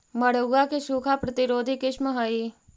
मड़ुआ के सूखा प्रतिरोधी किस्म हई?